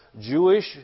Jewish